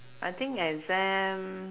I think exam